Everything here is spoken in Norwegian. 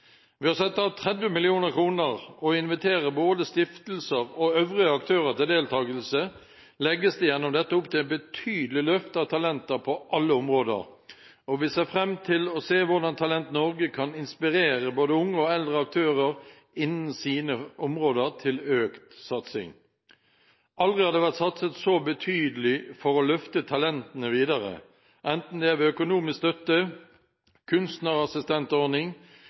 Ved å sette av 30 mill. kr og invitere både stiftelser og øvrige aktører til deltagelse legges det gjennom dette opp til et betydelig løft av talenter på alle områder, og vi ser fram til å se hvordan Talent Norge kan inspirere både unge og eldre aktører innen sine områder til økt satsing. Aldri har det vært satset så betydelig for å løfte talentene videre, enten det er ved økonomisk støtte,